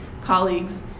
colleagues